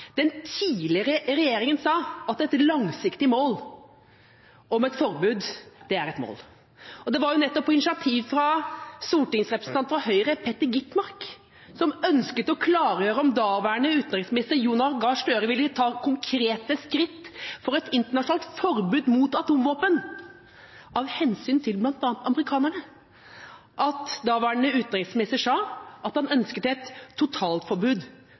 den tidligere regjeringa sa at et langsiktig mål om et forbud er et mål. Det var jo nettopp på initiativ fra stortingsrepresentanten Peter Gitmark fra Høyre, som ønsket å klargjøre om daværende utenriksminister Jonas Gahr Støre ville ta konkrete skritt for et internasjonalt forbud mot atomvåpen, av hensyn til bl.a. amerikanerne, at daværende utenriksminister sa at han ønsket et totalforbud